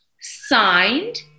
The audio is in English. signed